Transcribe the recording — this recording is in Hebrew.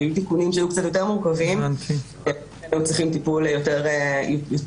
אבל היו תיקונים שהיו יותר מורכבים והיו צריכים טיפול יותר נקודתי.